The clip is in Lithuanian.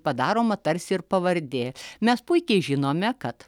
padaroma tarsi ir pavardė mes puikiai žinome kad